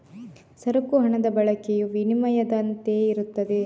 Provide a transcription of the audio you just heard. ಸರಕು ಹಣದ ಬಳಕೆಯು ವಿನಿಮಯದಂತೆಯೇ ಇರುತ್ತದೆ